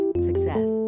success